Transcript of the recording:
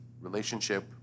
relationship